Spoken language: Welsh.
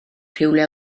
rhywle